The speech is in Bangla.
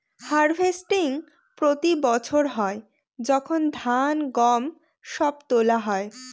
হার্ভেস্টিং প্রতি বছর হয় যখন ধান, গম সব তোলা হয়